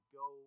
go